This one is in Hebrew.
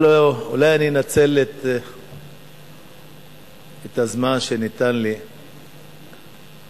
אולי אני אנצל את הזמן שניתן לי ואנחנו